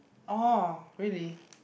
orh really